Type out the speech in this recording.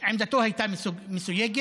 עמדתו הייתה מסויגת,